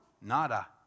nada